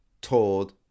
told